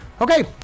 Okay